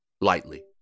lightly